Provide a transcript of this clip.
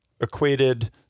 equated